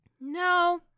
No